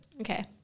Okay